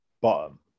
bottom